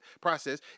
process